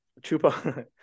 Chupa